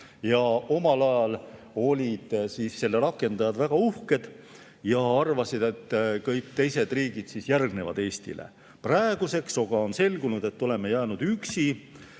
Omal ajal olid selle rakendajad väga uhked ja arvasid, et kõik teised riigid järgnevad Eestile. Praeguseks on selgunud, et oleme jäänud üksi.